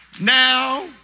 Now